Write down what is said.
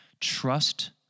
trust